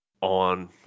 on